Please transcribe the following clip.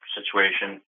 situation